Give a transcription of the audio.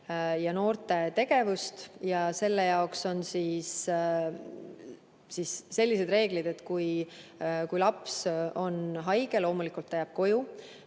ja noorte tegevust. Selle jaoks on sellised reeglid, et kui laps on haige, siis loomulikult ta jääb koju.